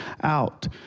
out